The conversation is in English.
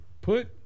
put